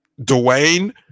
Dwayne